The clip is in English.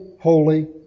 holy